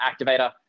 activator